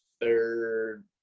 third